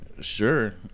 Sure